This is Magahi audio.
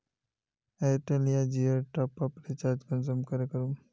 एयरटेल या जियोर टॉप आप रिचार्ज कुंसम करे करूम?